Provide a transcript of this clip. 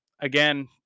Again